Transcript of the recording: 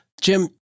Jim